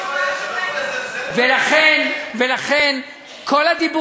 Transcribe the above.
אתה לא יכול לזלזל